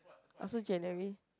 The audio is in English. I also January